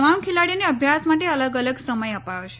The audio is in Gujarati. તમામ ખેલાડીઓને અભ્યાસ માટે અલગ અલગ સમય અપાયો છે